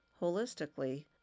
holistically